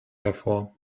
hervor